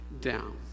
down